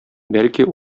бәлки